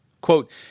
Quote